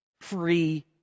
free